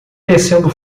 tecendo